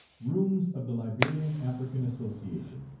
rooms of the liberian african association,